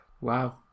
Wow